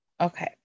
Okay